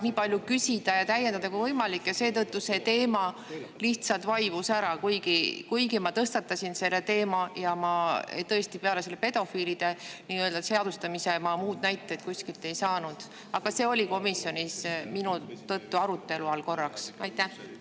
nii palju küsida ega täiendada ja seetõttu see teema lihtsalt vaibus ära, kuigi ma tõstatasin selle. Ma tõesti peale selle pedofiilide nii-öelda seadustamise muid näiteid kuskilt ei saanud. Aga see oli komisjonis minu tõttu arutelu all korraks. Ma